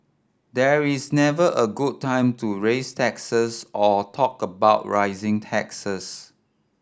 there is never a good time to raise taxes or talk about rising taxes